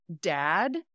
Dad